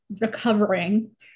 recovering